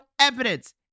evidence